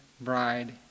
bride